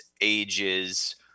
ages